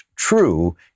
true